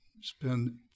spend